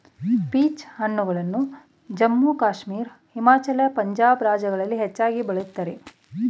peach ಹಣ್ಣುಗಳು ಜಮ್ಮು ಕಾಶ್ಮೀರ, ಹಿಮಾಚಲ, ಪಂಜಾಬ್ ರಾಜ್ಯಗಳಲ್ಲಿ ಹೆಚ್ಚಾಗಿ ಬೆಳಿತರೆ